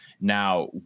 now